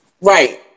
right